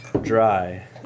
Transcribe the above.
Dry